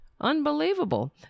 Unbelievable